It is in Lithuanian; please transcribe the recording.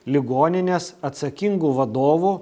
ligoninės atsakingų vadovų